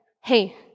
Hey